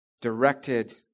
directed